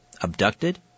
abducted